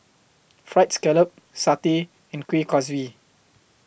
Fried Scallop Satay and Kuih Kaswi